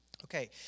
Okay